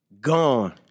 Gone